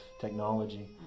technology